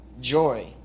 joy